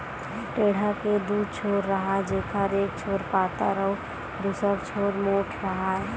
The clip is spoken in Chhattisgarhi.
टेंड़ा के दू छोर राहय जेखर एक छोर पातर अउ दूसर छोर मोंठ राहय